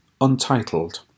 Untitled